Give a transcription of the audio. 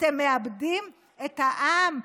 אתם מאבדים את העם.